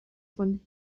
von